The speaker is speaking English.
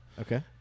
Okay